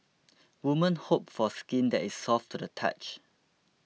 women hope for skin that is soft to the touch